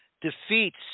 defeats